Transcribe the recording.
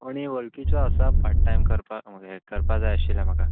कोणीय वळखीच्यो आसा पार्ट टायम करपा करपा जाय आशिल्लें म्हाका